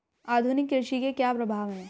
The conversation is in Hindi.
आधुनिक कृषि के क्या प्रभाव हैं?